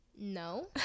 no